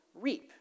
reap